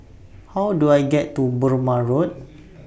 How Do I get to Burmah Road